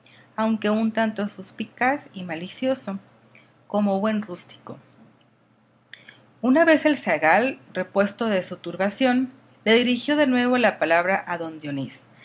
aunque un tanto suspicaz y malicioso como buen rústico una vez el zagal repuesto de su turbación le dirigió de nuevo la palabra